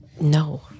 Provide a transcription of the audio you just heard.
No